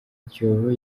kiyovu